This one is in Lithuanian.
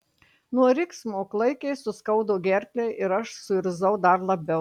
nuo riksmo klaikiai suskaudo gerklę ir aš suirzau dar labiau